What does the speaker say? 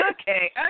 Okay